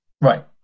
right